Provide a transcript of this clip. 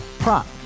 Prop